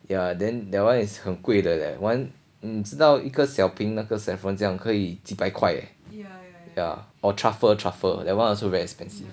ya then that one is 很贵的 leh one 你知道一个小瓶那个 saffron 这样可以几百块 eh yeah or truffle truffle that one also very expensive